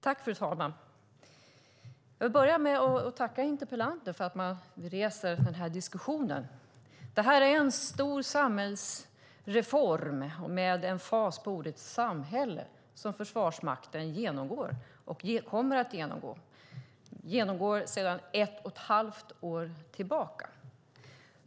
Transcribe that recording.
Fru talman! Jag vill börja med att tacka interpellanten för att han reser den här diskussionen. Det här är en stor samhällsreform, med emfas på ordet samhälle, som Försvarsmakten genomgår och kommer att genomgå. Man genomgår denna sedan ett och ett halvt år tillbaka.